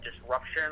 disruption